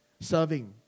serving